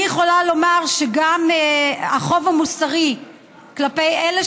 אני יכולה לומר שגם החוב המוסרי כלפי אלה